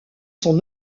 son